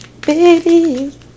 baby